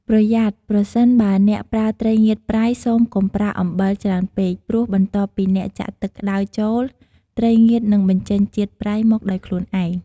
ប្រយ័ត្ន ប្រសិនបើអ្នកប្រើត្រីងៀតប្រៃ សូមកុំប្រើអំបិលច្រើនពេក ព្រោះបន្ទាប់ពីអ្នកចាក់ទឹកក្តៅចូល ត្រីងៀតនឹងបញ្ចេញជាតិប្រៃមកដោយខ្លួនឯង។